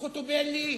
חוטובלי.